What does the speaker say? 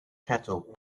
cattle